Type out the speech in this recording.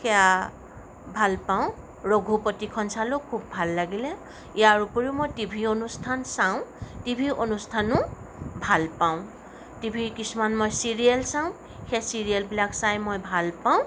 সেয়া ভাল পাওঁ ৰঘুপতিখন চালোঁ খুব ভাল লাগিলে ইয়াৰ ওপৰি মই টিভিৰ অনুষ্ঠান চাওঁ টিভিৰ অনুষ্ঠানো ভাল পাওঁ টিভিৰ কিছুমান মই চিৰিয়েল চাওঁ সেই চিৰিয়েলবিলাক চাই মই ভাল পাওঁ